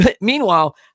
Meanwhile